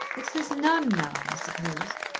it's this nun now, i suppose.